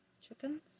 chickens